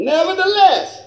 Nevertheless